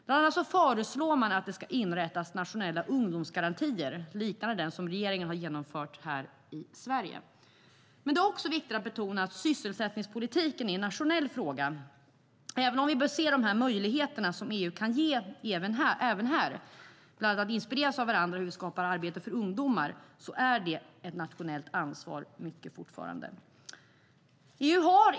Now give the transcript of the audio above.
Bland annat föreslår man att det ska inrättas nationella ungdomsgarantier liknande den som regeringen har genomfört här i Sverige. Det är också viktigt att betona att sysselsättningspolitiken är en nationell fråga. Även om vi bör se de möjligheter som EU kan ge även här, till exempel inspireras av varandra när det gäller hur vi skapar arbete för ungdomar, är det fortfarande till stor del ett nationellt ansvar.